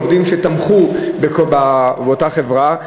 עובדים שתמכו באותה חברה,